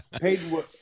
Peyton